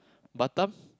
Batam